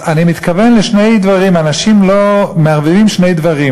אני מתכוון לשני דברים, אנשים מערבבים שני דברים: